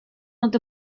rownd